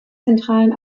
zentralen